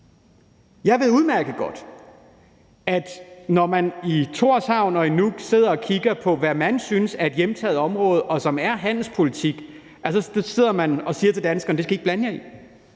Jeg ved udmærket godt, at når man i Tórshavn og i Nuuk sidder og kigger på noget, som man synes er et hjemtaget område, og som er handelspolitik, så sidder man og siger til danskerne: Det skal I ikke blande jer i.